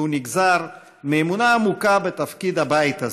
והוא נגזר מאמונה עמוקה בתפקיד הבית הזה.